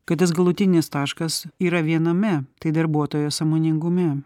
kad tas galutinis taškas yra viename tai darbuotojo sąmoningume